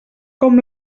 com